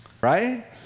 right